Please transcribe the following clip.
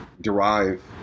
derive